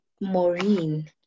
Maureen